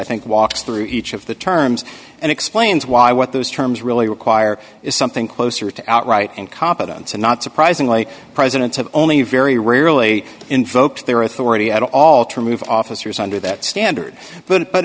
think walks through each of the terms and explains why what those terms really require is something closer to outright incompetence and not surprisingly presidents have only very rarely invoked their authority at all to move officers under that standard but